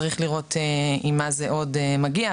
צריך לראות עם מה זה עוד מגיע.